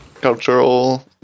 cultural